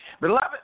Beloved